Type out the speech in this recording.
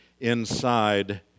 inside